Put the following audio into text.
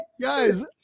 guys